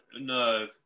No